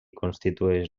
constitueix